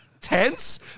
tense